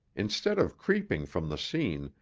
instead of creeping from the scene,